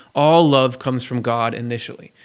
all love comes from god initially.